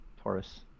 Taurus